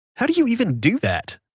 how do you even do that?